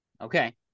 Okay